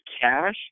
cash